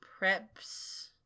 preps